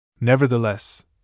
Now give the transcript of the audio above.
Nevertheless